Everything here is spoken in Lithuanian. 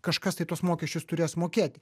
kažkas tai tuos mokesčius turės mokėti